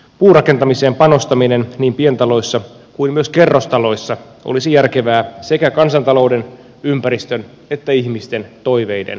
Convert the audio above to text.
puurakentamiseen panostaminen niin pientaloissa kuin myös kerrostaloissa olisi järkevää sekä kansantalouden ympäristön että ihmisten toiveiden kannalta